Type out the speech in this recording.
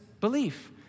belief